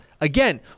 again